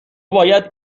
باید